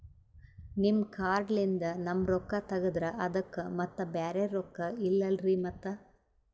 ನಿಮ್ ಕಾರ್ಡ್ ಲಿಂದ ನಮ್ ರೊಕ್ಕ ತಗದ್ರ ಅದಕ್ಕ ಮತ್ತ ಬ್ಯಾರೆ ರೊಕ್ಕ ಇಲ್ಲಲ್ರಿ ಮತ್ತ?